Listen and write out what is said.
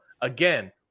Again